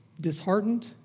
Disheartened